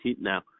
now